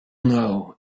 know